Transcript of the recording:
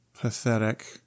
pathetic